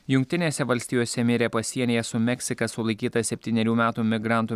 jungtinėse valstijose mirė pasienyje su meksika sulaikyta septynerių metų migrantų